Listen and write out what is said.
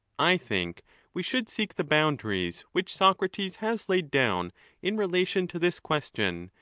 i think we should seek the boundaries which socrates has laid down in relation to this question,